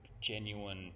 genuine